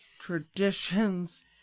traditions